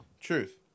Truth